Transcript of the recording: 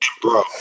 Bro